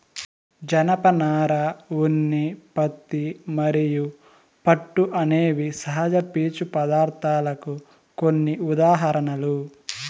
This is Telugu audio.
జనపనార, ఉన్ని, పత్తి మరియు పట్టు అనేవి సహజ పీచు పదార్ధాలకు కొన్ని ఉదాహరణలు